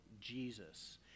Jesus